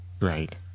right